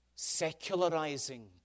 secularizing